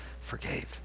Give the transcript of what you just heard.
forgave